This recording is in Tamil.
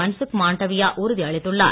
மன்சுக் மாண்டவியா உறுதி அளித்துள்ளார்